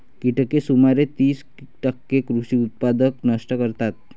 कीटक सुमारे तीस टक्के कृषी उत्पादन नष्ट करतात